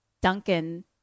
Duncan